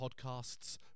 podcasts